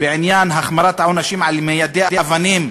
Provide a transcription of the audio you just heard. בעניין החמרת העונשים על מיידי אבנים,